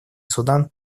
судан